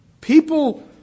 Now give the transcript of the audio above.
people